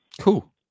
Cool